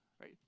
Right